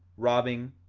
robbing,